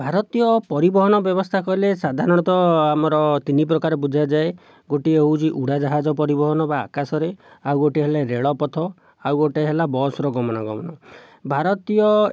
ଭାରତୀୟ ପରିବହନ ବ୍ୟବସ୍ଥା କହିଲେ ସାଧାରଣତଃ ଆମର ତିନି ପ୍ରକାର ବୁଝାଯାଏ ଗୋଟିଏ ହେଉଛି ଉଡ଼ାଜାହାଜ ପରିବହନ ବା ଆକାଶରେ ଆଉ ଗୋଟିଏ ହେଲା ରେଳପଥ ଆଉ ଗୋଟିଏ ହେଲା ବସ୍ର ଗମନା ଗମନ ଭାରତୀୟ